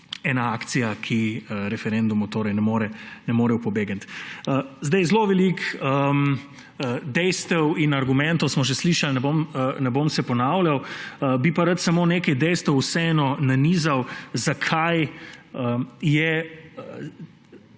ena akcija, ki referendumu torej ne more pobegniti. Zelo veliko dejstev in argumentov smo že slišali. Ne bom se ponavljal. Bi pa rad samo nekaj dejstev vseeno nanizal, zakaj je